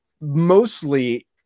mostly